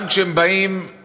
גם כשהם באים,